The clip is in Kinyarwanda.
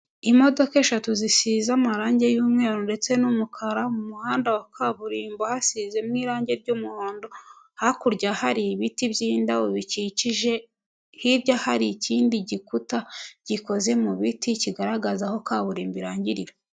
Imodoka eshatu zisize amarangi y'umweru ndetse n'umukara, mu muhanda wa kaburimbo hasizemo irangi ry'umuhondo, hakurya hari ibiti by'indabo bikikije, hirya hari ikindi gikuta gikoze mu biti kigaragaza aho kaburimbo irangirira.